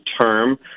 term